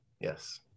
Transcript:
Yes